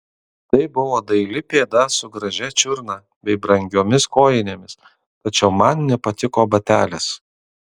tai buvo daili pėda su gražia čiurna bei brangiomis kojinėmis tačiau man nepatiko batelis